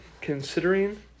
Considering